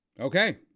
okay